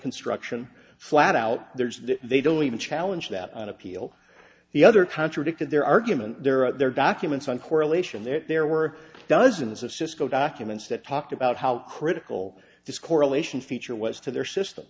construction flat out there they don't even challenge that on appeal the other contradicted their argument there are their documents on correlation there were dozens of cisco documents that talked about how critical this correlation feature was to their system